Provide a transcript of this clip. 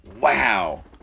Wow